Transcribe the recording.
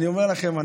אני אומר לכם,